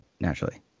Naturally